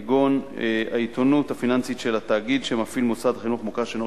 כגון: 1. האיתנות הפיננסית של התאגיד המפעיל מוסד חינוך מוכר שאיננו